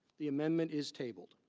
the amendment is tabled.